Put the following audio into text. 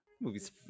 Movie's